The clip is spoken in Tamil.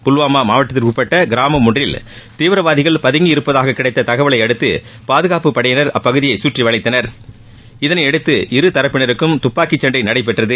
புல்வாமா மாவட்டத்திற்குட்பட்ட கிராமம் ஒன்றில் தீவிரவாதிகள் பதுங்கி இருப்பதாக கிடைத்த தகவலையடுத்து பாதுகாப்பு படையினர் அப்பகுதியை சுற்றி வளைத்தனர் இதனையடுத்து இரு தரப்பினருக்கு துப்பாக்கிச் சண்டை நடைபெற்றது